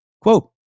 Quote